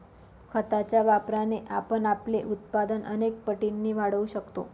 खताच्या वापराने आपण आपले उत्पादन अनेक पटींनी वाढवू शकतो